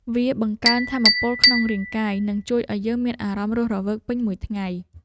វាបង្កើនថាមពលក្នុងរាងកាយ និងជួយឱ្យយើងមានអារម្មណ៍រស់រវើកពេញមួយថ្ងៃ។